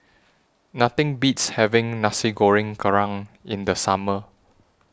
Nothing Beats having Nasi Goreng Kerang in The Summer